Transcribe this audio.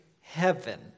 heaven